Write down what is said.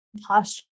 posture